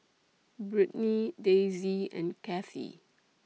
Brittny Daisey and Cathi